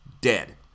Dead